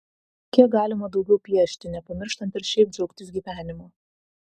kiek galima daugiau piešti nepamirštant ir šiaip džiaugtis gyvenimu